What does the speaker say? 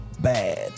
Bad